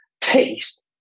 taste